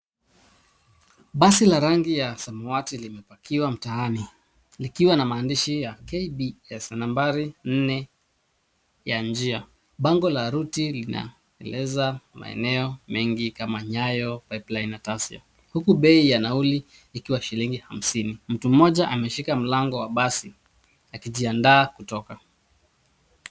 Basi la rangi ya samawati limepakiwa mataani likiwa na maandishi ya KBS nambari nne ya njia. Bango la ruti linaeleza maeneo mengi kama nyayo, pipeline na taasia huku bei ya nauli ikiwa shilingi hamsini .Mtu mmoja ameshika mlango wa basi akijiandaa kutoka.